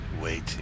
waiting